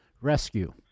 rescue